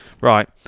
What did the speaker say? right